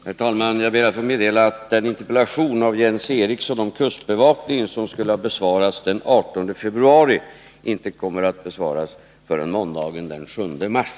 Herr talman! Jag ber att få meddela att den interpellation av Jens Eriksson om kustbevakningen som skulle ha besvarats den 18 februari inte kommer att besvaras förrän måndagen den 7 mars.